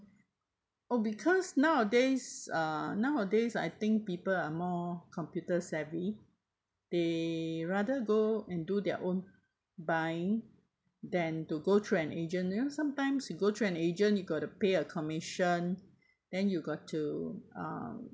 oh because nowadays uh nowadays I think people are more computer-savvy they rather go and do their own buying than to go through an agent you know sometimes you go through an agent you got to pay a commission then you got to um